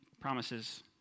promises